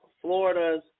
Florida's